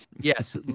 Yes